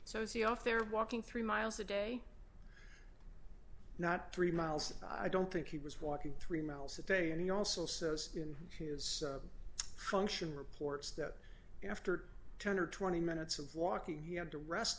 so see off they're walking three miles a day not three miles i don't think he was walking three miles a day and he also says in his function reports that after ten or twenty minutes of walking he had to rest